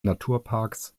naturparks